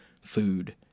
food